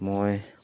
মই